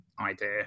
idea